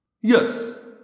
Yes